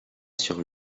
sur